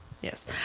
yes